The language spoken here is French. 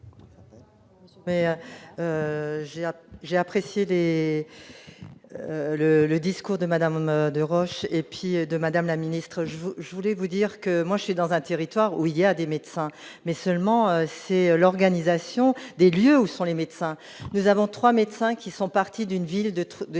j'ai apprécié dès le le dit. De madame de roches et puis de madame la ministre, je vous, je voulais vous dire que moi je suis dans un territoire où il y a des médecins, mais seulement c'est l'organisation des lieux où sont les médecins, nous avons 3 médecins qui sont partis d'une ville de de